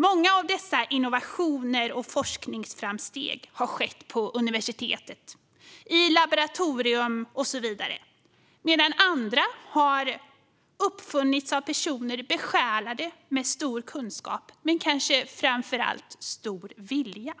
Många av dessa innovationer och forskningsframsteg har skett på universitet, i laboratorier och så vidare, medan andra har uppfunnits av personer besjälade av stor kunskap men kanske framför allt av stor vilja.